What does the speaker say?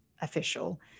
official